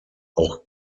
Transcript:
auch